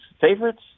favorites